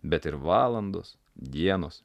bet ir valandos dienos